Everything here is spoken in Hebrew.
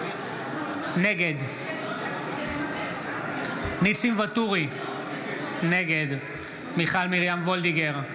נגד ניסים ואטורי, נגד מיכל מרים וולדיגר,